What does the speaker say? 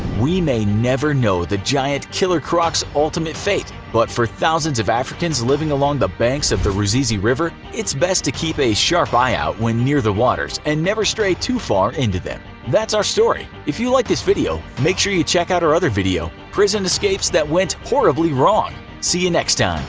we may never know the giant killer croc's ultimate fate, but for thousands of africans living along the banks of the ruzizi river, it's still best to keep a sharp eye out when near the waters and never stray too far into them. thats our story. if you liked this video, make sure you check out our other video prison escapes that went horribly wrong. see you next time!